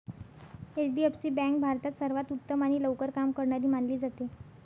HDFC bank भारतात सर्वांत उत्तम आणि लवकर काम करणारी मानली जाते